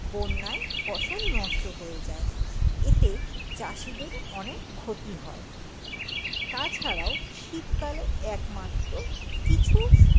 বন্যায় ফসল নষ্ট হয়ে যায় এতে চাষিদেরও অনেক ক্ষতি হয় তাছাড়াও শীতকালে একমাত্র কিছু